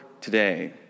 today